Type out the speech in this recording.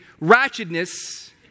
ratchetness